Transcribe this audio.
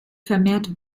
vermehrt